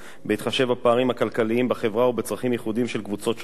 בהתחשב בפערים הכלכליים בחברה ובצרכים ייחודיים של קבוצות שונות בה.